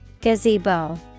Gazebo